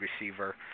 receiver